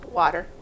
water